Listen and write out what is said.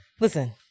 Listen